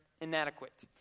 inadequate